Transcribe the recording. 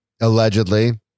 allegedly